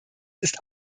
ist